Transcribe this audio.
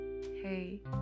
hey